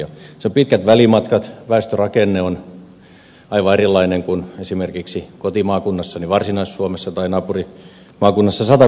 siellä on pitkät välimatkat väestörakenne on aivan erilainen kuin esimerkiksi kotimaakunnassani varsinais suomessa tai naapurimaakunnassa satakunnassa